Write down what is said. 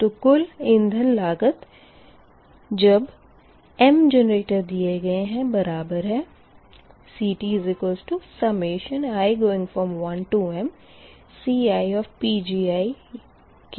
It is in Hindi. तो कुल इंधन लागत जब m जेनरेटर दिए गए है बराबर है CTi1mCi के